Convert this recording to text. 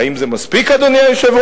האם זה מספיק, אדוני היושב-ראש?